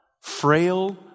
frail